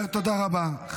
אני אומר תודה רבה.